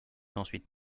ensuite